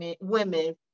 women